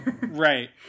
Right